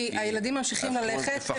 כי הילדים ממשיכים ללכת.